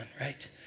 right